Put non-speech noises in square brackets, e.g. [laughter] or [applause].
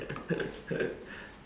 [laughs]